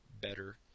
better